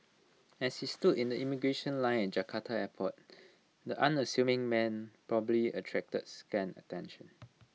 as he stood in the immigration line at Jakarta airport the unassuming man probably attracted scant attention